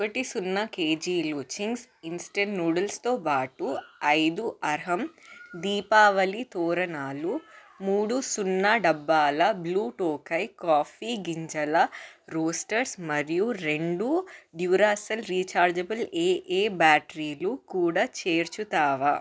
ఒకటి సున్నా కేజీలు చింగ్స్ ఇంస్టంట్ నూడిల్స్తో పాటు ఐదు అర్హమ్ దీపావళి తోరణాలు మూడు సున్నా డబ్బాల బ్లూ టోకై కాఫీ గింజల రోస్టర్స్ మరియు రెండు డ్యూరాసెల్ రిచార్జబుల్ ఏఏ బ్యాటరీలు కూడా చేర్చుతావా